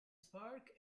spark